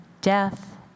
death